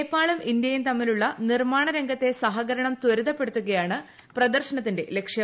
നേപ്പാളും ഇന്ത്യയും തമ്മിലുള്ള നിർമ്മാണ് ർ ് ഗത്തെ സഹകരണം ത്വരിതപ്പെടുത്തുകയാണ് പ്രദർശനത്തിന്റെ ലക്ഷ്യം